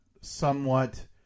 somewhat